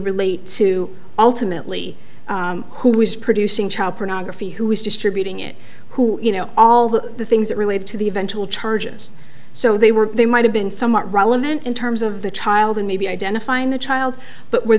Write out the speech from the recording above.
relate to ultimately who was producing child pornography who was distributing it who you know all the things that related to the eventual charges so they were they might have been somewhat relevant in terms of the child and maybe identifying the child but where